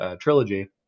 trilogy